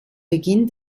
beginn